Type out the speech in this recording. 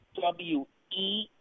W-E